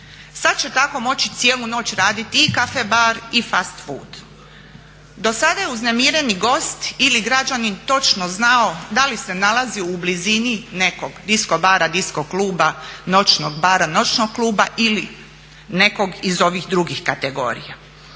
Sad će tako moći cijelu noć raditi i caffe bar i fast food. Do sada je uznemiren gost ili građanin točno znao da li se nalazi u blizini nekog disko bara, disko kluba, noćnog bara, noćnog kluba ili nekog iz ovih drugih kategorija